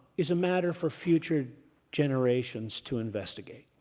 is a matter for future generations to investigate.